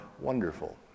wonderful